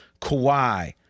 Kawhi